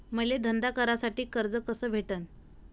मले धंदा करासाठी कर्ज कस भेटन?